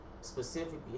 specifically